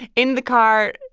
in the car,